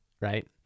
right